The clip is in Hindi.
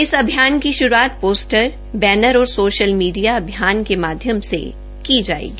इस अभियान की श्रूआत पोस्टर बैनर और सोशल मीडिया अभियान के माध्यम से श्रू की जायेगी